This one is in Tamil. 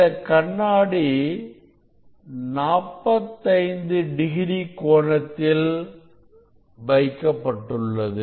இந்தக் கண்ணாடி 45 டிகிரி கோணத்தில் வைக்கப்பட்டுள்ளது